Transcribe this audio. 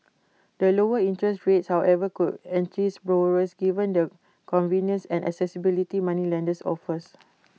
the lower interest rates however could entice borrowers given the convenience and accessibility moneylenders offers